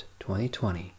2020